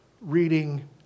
reading